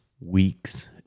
week's